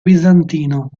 bizantino